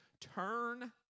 turn